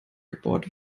gebohrt